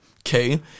okay